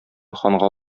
ханга